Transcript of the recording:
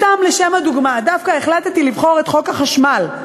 סתם לשם הדוגמה דווקא החלטתי לבחור את חוק החשמל,